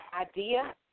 idea